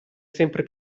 sempre